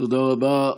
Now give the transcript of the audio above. תודה רבה.